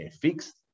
fixed